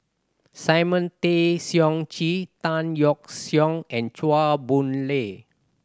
Simon Tay Seong Chee Tan Yeok Seong and Chua Boon Lay